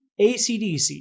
ACDC